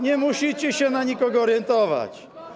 Nie musicie się na nikogo orientować.